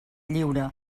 lliure